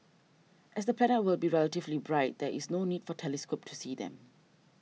as the planets will be relatively bright there is no need for telescope to see them